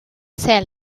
cel